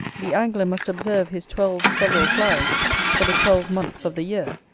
the angler must observe his twelve several flies for the twelve months of the year,